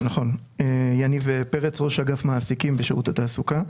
יניב פרץ, ראש אגף מעסיקים בשירות התעסוקה.